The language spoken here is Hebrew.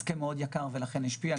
הסכם מאוד יקר, ולכן הוא השפיע.